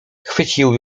chwycił